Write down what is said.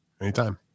Anytime